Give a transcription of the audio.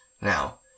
now